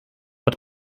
het